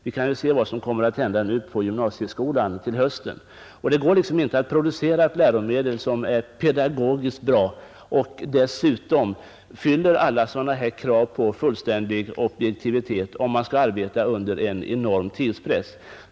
Vi kan ju se vad som kommer att hända på gymnasieskolan nu till hösten. Det går inte att producera ett läromedel som är pedagogiskt bra och dessutom fyller alla krav på fullständig objektivitet, om man skall arbeta under en enorm tidspress.